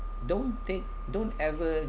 don't take don't ever